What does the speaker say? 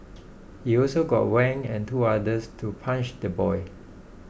he also got Wang and two others to punch the boy